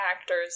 actors